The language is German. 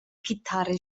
gitarre